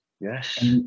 yes